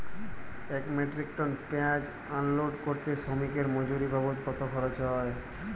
এক metric tonne পেঁয়াজ unload করতে শ্রমিকের মজুরি বাবদ কত খরচ হয়?